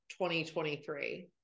2023